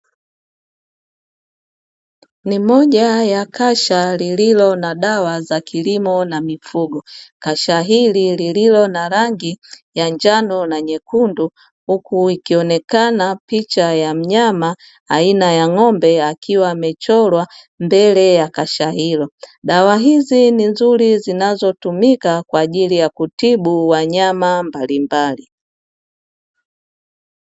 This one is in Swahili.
Ni moja ya kasha lililo na dawa za kilimo na mifugo. Kasha hili lililo na rangi ya njano na nyekundu, huku ikionekana picha ya mnyama aina ya ng'ombe akiwa amechorwa mbele ya kasha hilo. Dawa hizi ni nzuri zinazotumika kwa ajili ya kutibu wanyama mbalimbali.